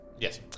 yes